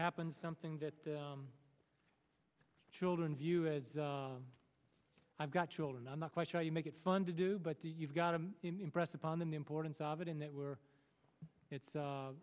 happens something that the children view as i've got children i'm not quite sure you make it fun to do but you've got to impress upon them the importance of it in that where it's